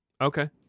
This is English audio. Okay